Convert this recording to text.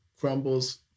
crumbles